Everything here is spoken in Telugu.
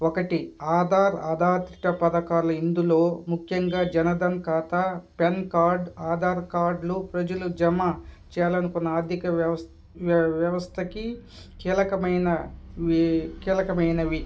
ఒకటి ఆధార్ ఆధారిత పథకాలు ఇందులో ముఖ్యంగా జనదాన్ ఖాతా ప్యాన్ కార్డ్ ఆధార్ కార్డులు ప్రజలు జమ చెయ్యాలనుకున్న ఆర్థిక వ్యవస్ వ్యవస్థకి కీలకమైన కీలకమైనవి